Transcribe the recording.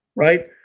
right?